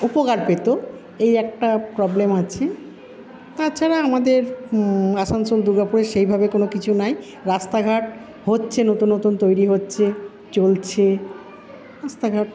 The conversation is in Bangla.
উপকার পেত এই একটা প্রবলেম আছে তাছাড়া আমাদের আসানসোল দুর্গাপুরে সেভাবে কোন কিছু নাই রাস্তা ঘাট হচ্ছে নতুন নতুন তৈরি হচ্ছে চলছে রাস্তাঘাট